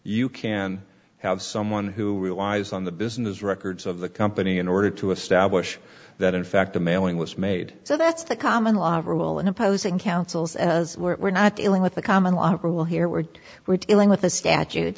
you can have someone who relies on the business records of the company in order to establish that in fact the mailing was made so that's the common law rule in opposing councils as we're not dealing with the common law rule here where we're dealing with a statute